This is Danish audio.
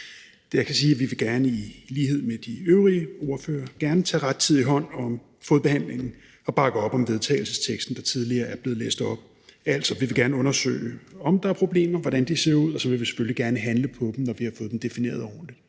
jeg kan sige, er, at vi vil gerne i lighed med de øvrige ordførere tage rettidig hånd om fodbehandlingen og bakke op om vedtagelsesteksten, der tidligere er blevet læst op. Altså, vi vil gerne undersøge, om der er problemer, hvordan de ser ud, og så vil vi selvfølgelig gerne handle på dem, når vi har fået dem defineret ordentligt.